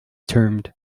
termed